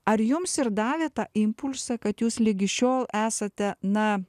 ar jums ir davė tą impulsą kad jūs ligi šiol esate na